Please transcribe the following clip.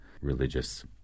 religious